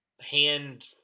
hand